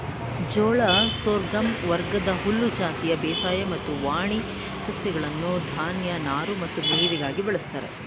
ಜೋಳ ಸೋರ್ಗಮ್ ವರ್ಗದ ಹುಲ್ಲು ಜಾತಿಯ ಬೇಸಾಯ ಮತ್ತು ವಾಣಿ ಸಸ್ಯಗಳನ್ನು ಧಾನ್ಯ ನಾರು ಮತ್ತು ಮೇವಿಗಾಗಿ ಬಳಸ್ತಾರೆ